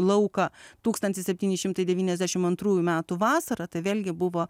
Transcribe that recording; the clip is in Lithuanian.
lauką tūkstantis septyni šimtai devyniasdešimt antrųjų metų vasarą tai vėlgi buvo